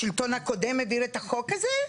השלטון הקודם העביר את החוק הזה?